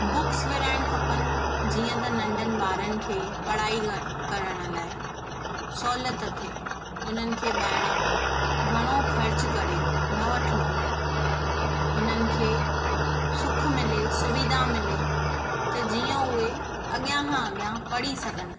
books विरिहाइणु खपनि जीअं त नंढनि ॿारनि खे पढ़ाई कर करण लाइ सहूलियत थिए उन्हनि खे ॿाहिरां घणो ख़र्चु करे न वठिणो पए उन्हनि खे सुखु मिले सुविधा मिले त जीअं उहे अॻियां खां अॻियां पढ़ी सघनि